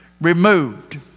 removed